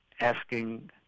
asking